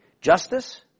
justice